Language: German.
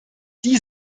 die